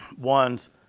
ones